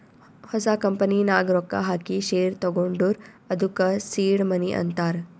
ಹೊಸ ಕಂಪನಿ ನಾಗ್ ರೊಕ್ಕಾ ಹಾಕಿ ಶೇರ್ ತಗೊಂಡುರ್ ಅದ್ದುಕ ಸೀಡ್ ಮನಿ ಅಂತಾರ್